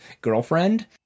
girlfriend